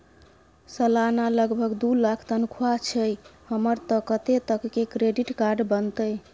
सलाना लगभग दू लाख तनख्वाह छै हमर त कत्ते तक के क्रेडिट कार्ड बनतै?